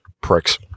pricks